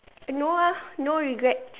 no ah no regrets